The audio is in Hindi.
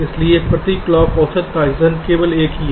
इसलिए प्रति क्लॉक औसत ट्रांसिशन केवल एक ही है